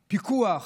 פיקוח,